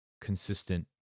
consistent